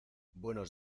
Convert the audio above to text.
buenos